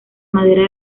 madera